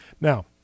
Now